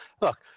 look